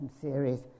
series